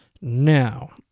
Now